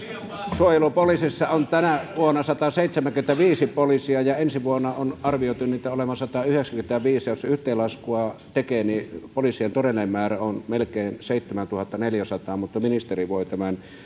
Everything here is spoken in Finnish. suojelupoliisissa on tänä vuonna sataseitsemänkymmentäviisi poliisia ja ensi vuonna on arvioitu niitä olevan satayhdeksänkymmentäviisi ja jos yhteenlaskua tekee niin poliisien todellinen määrä on melkein seitsemäntuhattaneljäsataa mutta ministeri voi tämän